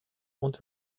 und